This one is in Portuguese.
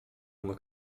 uma